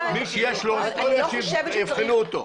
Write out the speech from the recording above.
מי שיש לו היסטוריה שיבחנו אותו.